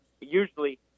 Usually